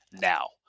now